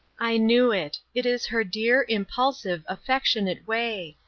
i knew it. it is her dear, impulsive, affectionate way.